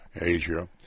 asia